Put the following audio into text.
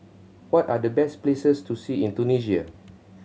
what are the best places to see in Tunisia